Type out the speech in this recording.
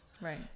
Right